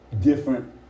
Different